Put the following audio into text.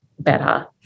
better